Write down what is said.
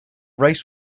race